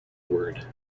word